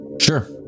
sure